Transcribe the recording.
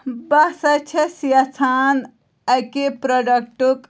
بہٕ ہسا چھَس یژھان اَکہِ پروڈَکٹُک